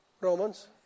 Romans